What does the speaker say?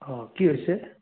অঁ কি হৈছে